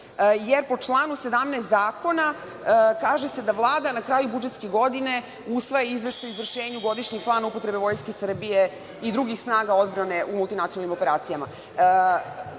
jer po članu 17. zakona kaže se da Vlada na kraju budžetske godine usvaja izveštaj o izvršenju godišnjeg plana upotrebe Vojske Srbije i drugih snaga odbrane u multinacionalnim operacijama.Zašto